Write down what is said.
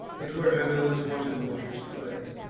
and where himella's wanton waters play.